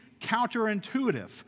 counterintuitive